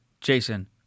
Jason